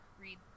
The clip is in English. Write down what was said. read